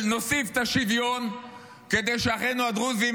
נוסיף את השוויון כדי שאחינו הדרוזים,